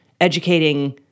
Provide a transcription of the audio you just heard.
educating